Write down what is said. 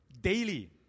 Daily